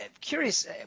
curious